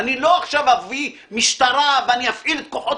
ואני לא אביא עכשיו למשטרה ואני אפעיל את כוחות